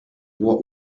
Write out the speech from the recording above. what